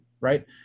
Right